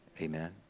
amen